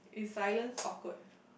silence awkward